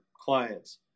clients